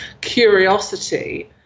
curiosity